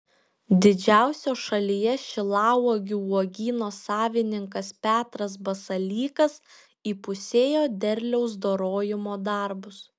didžiausio šalyje šilauogių uogyno savininkas petras basalykas įpusėjo derliaus dorojimo darbus